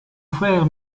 frère